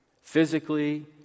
physically